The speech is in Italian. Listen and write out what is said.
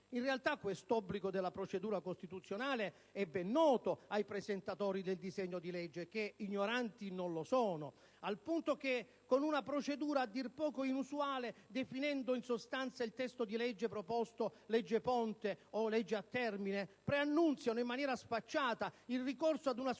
In realtà, questo obbligo della procedura costituzionale è ben noto ai presentatori del disegno di legge, che ignoranti non lo sono, al punto che con una procedura a dir poco inusuale, definendo in sostanza il testo di legge proposto (legge ponte o a termine), preannunziano in maniera sfacciata il ricorso ad una successiva